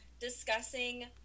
discussing